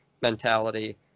mentality